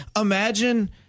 imagine